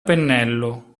pennello